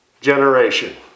generation